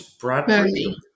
Bradbury